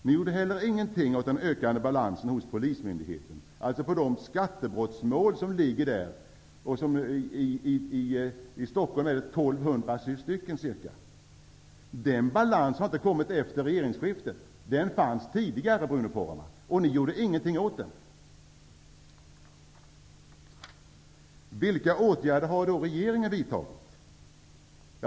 Ni gjorde heller ingenting åt de ökande balanserna hos polismyndigheten när det gäller skattebrottsmålen; i Stockholm är det ca 1 200 stycken. Den balansen har inte tillkommit efter regeringsskiftet; den fanns tidigare. Ni gjorde ingenting åt den. Vilka åtgärder har då regeringen vidtagit?